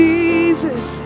Jesus